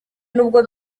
nubwo